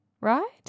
right